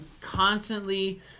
constantly